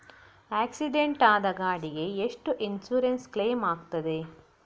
Accident ಆದ ಗಾಡಿಗೆ ಎಷ್ಟು ಇನ್ಸೂರೆನ್ಸ್ ಕ್ಲೇಮ್ ಆಗ್ತದೆ?